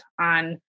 on